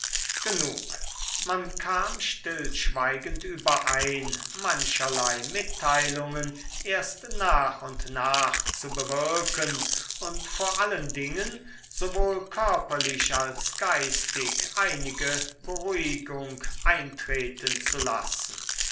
genug man kam stillschweigend überein mancherlei mitteilungen erst nach und nach zu bewirken und vor allen dingen sowohl körperlich als geistig einige beruhigung eintreten zu lassen